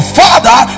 father